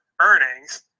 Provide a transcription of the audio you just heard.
earnings